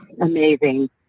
amazing